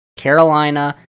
Carolina